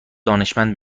دانشمند